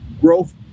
growth